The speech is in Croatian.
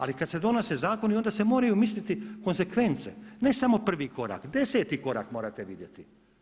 Ali kad se donose zakoni onda se moraju misliti konzekvence, ne samo prvi korak, deseti korak morate vidjeti.